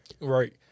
Right